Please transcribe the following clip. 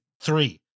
three